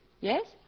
Yes